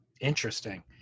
Interesting